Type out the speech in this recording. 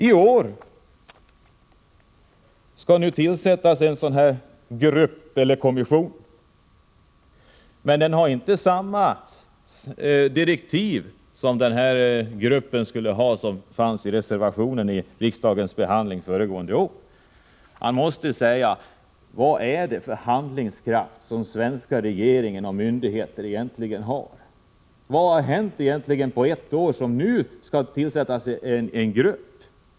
I år skall det nu tillsättas en sådan här grupp eller kommission, men den får inte samma direktiv som föreslogs i vår reservation! Jag måste säga: Vad är det för handlingskraft som den svenska regeringen och de svenska myndigheterna egentligen har? Vad har egentligen hänt på ett år, eftersom det nu skall tillsättas en grupp?